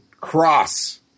cross